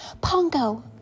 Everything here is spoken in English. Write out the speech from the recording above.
Pongo